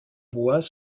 bois